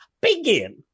begin